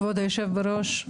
כבוד היושב-ראש,